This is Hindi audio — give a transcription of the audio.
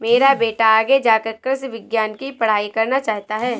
मेरा बेटा आगे जाकर कृषि विज्ञान की पढ़ाई करना चाहता हैं